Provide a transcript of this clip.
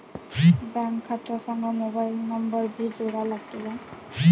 Bank खात्या संग mobile number भी जोडा लागते काय?